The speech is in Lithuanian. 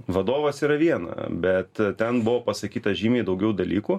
vadovas yra viena bet ten buvo pasakyta žymiai daugiau dalykų